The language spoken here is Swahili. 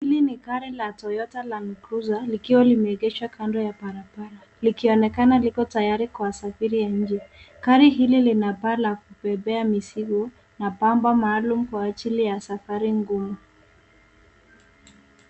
Hii ni gari la Toyota Landcruiser likiwa limeegeshwa kando ya barabara likionekana liko tayari kwa usafiri ya nje. Gari hili lina paa la kubebea mizigo na bampa maalum kwa ajili ya safari ngumu.